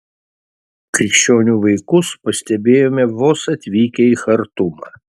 krikščionių vaikus pastebėjome vos atvykę į chartumą